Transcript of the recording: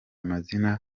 mazina